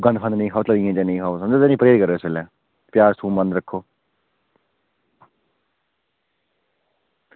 गन्द निं खाओ तली दियां चीज़ां निं खाओ समझा दे नी पर्हेज करेओ अपना प्याज़ थूम बंद रक्खेओ